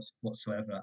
whatsoever